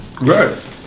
Right